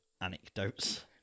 anecdotes